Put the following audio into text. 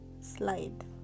slide